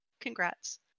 Congrats